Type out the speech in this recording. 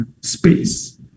space